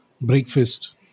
breakfast